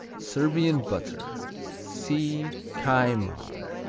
serbian butter see kajmar.